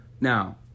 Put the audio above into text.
now